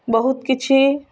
ବହୁତ କିଛି